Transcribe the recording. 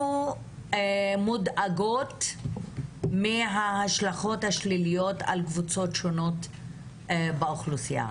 אנחנו מודאגות מההשלכות השליליות על קבוצות שונות באוכלוסייה.